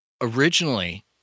Originally